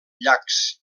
llacs